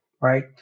right